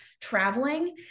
traveling